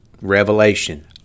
revelation